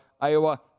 Iowa